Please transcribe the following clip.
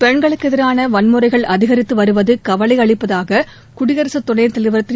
பெண்களுக்கு எதிரான வன்முறைகள் அதிகரித்து வருவது கவலை அளிப்பதாக குடியரசு துணைத் தலைவர் திரு